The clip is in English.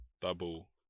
double